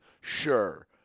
Sure